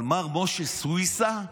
אבל מר משה סויסה,